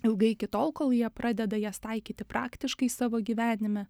ilgai iki tol kol jie pradeda jas taikyti praktiškai savo gyvenime